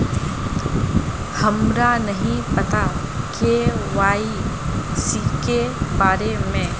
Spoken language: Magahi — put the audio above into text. हमरा नहीं पता के.वाई.सी के बारे में?